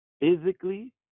physically